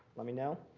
let me know.